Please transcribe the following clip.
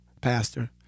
pastor